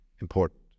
important